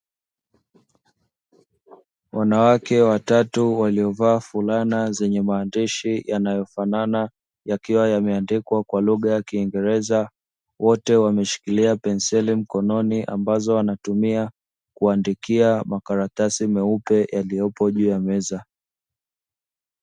Wanawake watatu waliovaa fulana zenye maandishi yanayofanana yakiwa yameandikwa kwa lugha ya kiingereza. Wote wameshikilia penseli mkononi ambazo wanatumia kuandikia makaratasi myeupe yaliyopo juu ya meza.